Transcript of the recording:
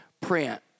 print